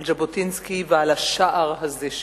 על ז'בוטינסקי ועל השער הזה שבו,